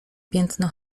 piętno